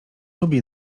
lubi